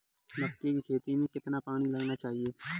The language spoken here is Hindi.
मक्के की खेती में कितना पानी लगाना चाहिए?